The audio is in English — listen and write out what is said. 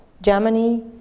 Germany